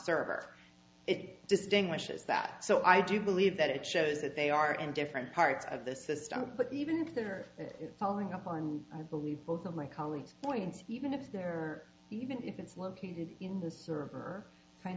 distinguishes that so i do believe that it shows that they are in different parts of the system but even if they are following up on believe both of my colleagues points even if there are even if it's located in the server kind